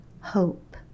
hope